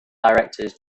directors